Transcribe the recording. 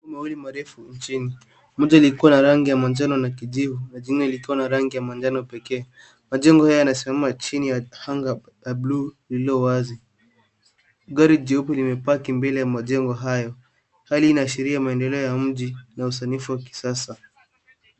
Majengo mawili marefu nchini moja ilikuwa na rangi ya njano na kijivu na jingine likiwa na rangi ya manjano pekee, majengo haya yanasimama chini ya anga la buluu lililowazi, gari jeupe limepaki mbele ya majengo hayo hali inaashiria maendeleo ya mji na usanifu wa kisasa.